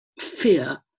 fear